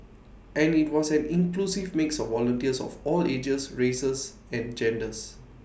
and IT was an inclusive mix of volunteers of all ages races and genders